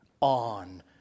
on